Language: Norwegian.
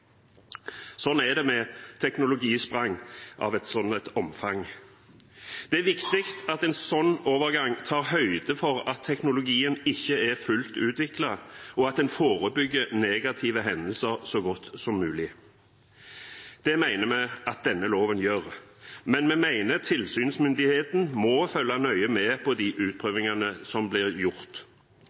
er det med teknologisprang av et slikt omfang. Det er viktig at en slik overgang tar høyde for at teknologien ikke er fullt utviklet, og at en forebygger negative hendelser så godt som mulig. Det mener vi at denne loven gjør, men vi mener at tilsynsmyndigheten må følge nøye med på de utprøvingene som blir gjort.